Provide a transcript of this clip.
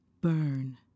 Burn